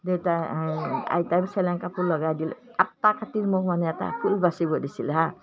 দেউতাই আইতাই চেলেং কাপোৰ লগাই দিলে আঠটা কাঠিৰ মোৰ মানে এটা ফুল বাচিব দিছিলে হাঁ